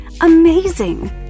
amazing